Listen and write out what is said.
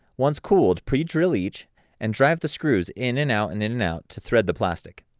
once cooled pre-drill each and drive the screws in and out and in and out to thread the plastic.